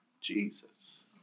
Jesus